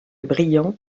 brillant